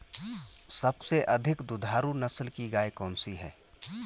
सबसे अधिक दुधारू नस्ल की गाय कौन सी है?